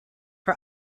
for